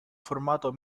formato